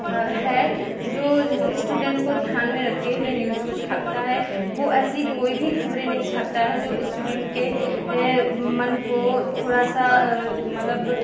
है जो इस्टूडेंट को ध्यान में रखते हुए न्यूज़ को छापता है वो ऐसी कोई भी खबरें नहीं छापता है जो इस्टूडेंट के मन को थोड़ा सा मतलब